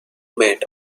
meant